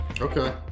Okay